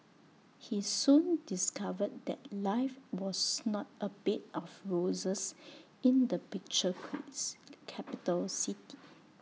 he soon discovered that life was not A bed of roses in the picture queues capital city